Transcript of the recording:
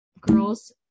girls